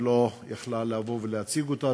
היא לא יכלה לבוא ולהציג אותה,